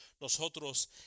nosotros